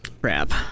Crap